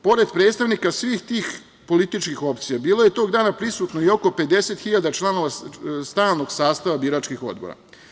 Pored predstavnika svih tih političkih opcija bilo je tog dana prisutno i oko 50 hiljada članova stalnog sastava biračkih odbora.